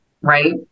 right